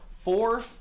Four